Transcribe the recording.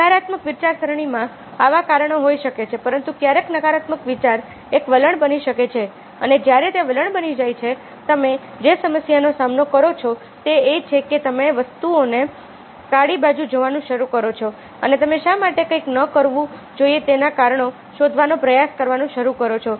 નકારાત્મક વિચારસરણીમાં આવા કારણો હોઈ શકે છે પરંતુ ક્યારેક નકારાત્મક વિચાર એક વલણ બની શકે છે અને જ્યારે તે વલણ બની જાય છે તમે જે સમસ્યાનો સામનો કરો છો તે એ છે કે તમે વસ્તુઓની કાળી બાજુ જોવાનું શરૂ કરો છો અને તમે શા માટે કંઈક ન કરવું જોઈએ તેના કારણો શોધવાનો પ્રયાસ કરવાનું શરૂ કરો છો